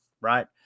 right